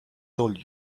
told